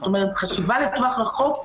זאת אומרת החשיבה לטווח רחוק,